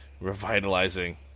revitalizing